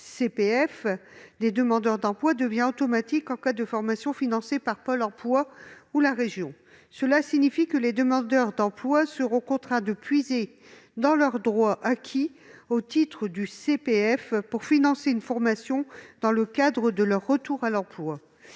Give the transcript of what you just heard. des demandeurs d'emploi, le CPF, sera automatique dès lors que la formation sera financée par Pôle emploi ou par la région. Cela signifie que les demandeurs d'emploi seront contraints de puiser dans leurs droits acquis au titre du CPF pour financer une formation dans le cadre de leur retour à l'emploi.